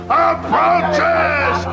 approaches